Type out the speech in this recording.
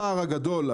הפער הגדול,